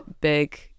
big